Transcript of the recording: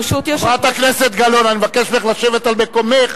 חברת הכנסת גלאון, אני מבקש ממך לשבת על מקומך.